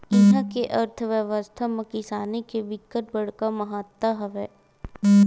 इहा के अर्थबेवस्था म किसानी के बिकट बड़का महत्ता हवय